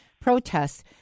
protests